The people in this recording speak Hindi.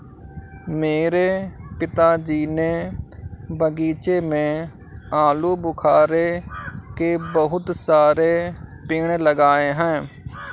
मेरे पिताजी ने बगीचे में आलूबुखारे के बहुत सारे पेड़ लगाए हैं